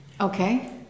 Okay